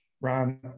Ron